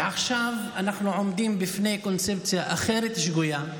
ועכשיו אנחנו עומדים בפני קונספציה שגויה אחרת,